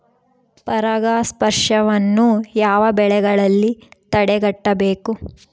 ಪರಾಗಸ್ಪರ್ಶವನ್ನು ಯಾವ ಬೆಳೆಗಳಲ್ಲಿ ತಡೆಗಟ್ಟಬೇಕು?